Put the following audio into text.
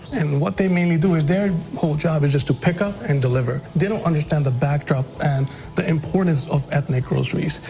and what they mainly do is their whole job is just to pick up and deliver. they don't understand the backdrop and the importance of ethnic groceries.